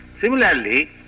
Similarly